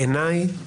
בעיניי --- לשיטתך.